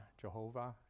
Jehovah